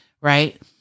Right